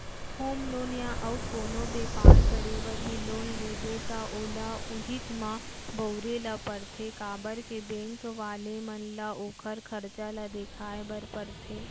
home loan या अउ कोनो बेपार करे बर भी लोन लेबे त ओला उहींच म बउरे ल परथे काबर के बेंक वाले मन ल ओखर खरचा ल देखाय बर परथे